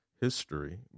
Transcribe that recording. history